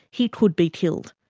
he could be killed.